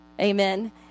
Amen